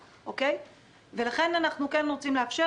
יוכל ללכת להתייעץ עם רופא אחר במקביל,